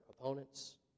opponents